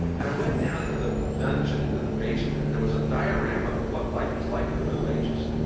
and i went down into the dungeon, into the basement, and there was a diorama of what life was like in the middle ages.